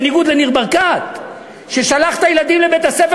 בניגוד לניר ברקת ששלח את הילדים לבית-הספר